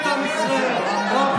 לא,